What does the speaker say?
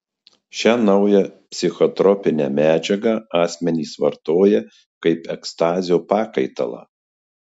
šią naują psichotropinę medžiagą asmenys vartoja kaip ekstazio pakaitalą